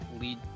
lead